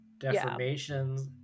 deformations